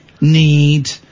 need